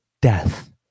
death